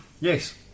Yes